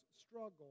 struggle